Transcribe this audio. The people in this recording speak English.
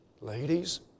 Ladies